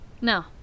No